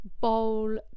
bowl